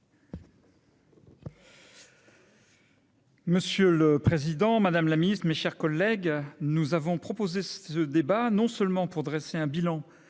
Monsieur le Président, Madame la Ministre, mes chers collègues, nous avons proposé ce débat, non seulement pour dresser un bilan